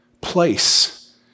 place